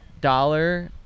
dollar